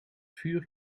vuur